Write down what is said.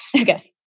Okay